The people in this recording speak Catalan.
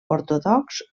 ortodox